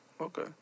okay